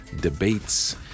debates